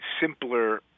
simpler